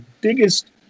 biggest